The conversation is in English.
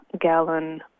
gallon